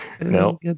No